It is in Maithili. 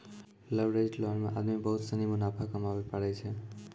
लवरेज्ड लोन मे आदमी बहुत सनी मुनाफा कमाबै पारै छै